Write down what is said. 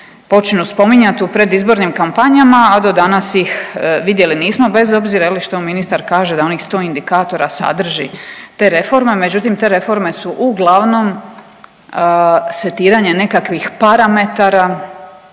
počinju spominjat u predizbornim kampanjama, a do danas ih vidjeli nismo bez obzira što ministar kaže da onih 100 indikatora sadrži te reforme. Međutim, te reforme su uglavnom setiranje nekakvih parametara,